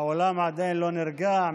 האולם עדיין לא נרגע.